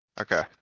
Okay